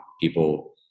people